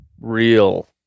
real